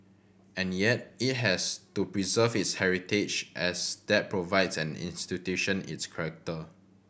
and yet it has to preserve its heritage as that provides an institution its correcter